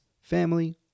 family